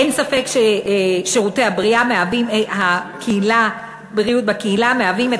אין ספק ששירותי בריאות בקהילה מהווים את